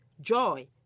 joy